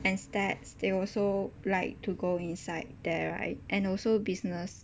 and stats they also like to go inside there right and also business